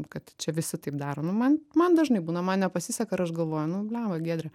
kad čia visi taip daro nu man man dažnai būna man nepasiseka ir aš galvoju nu bliamba giedre